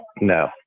no